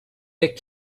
that